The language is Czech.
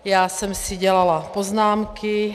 Já jsem si dělala poznámky.